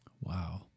Wow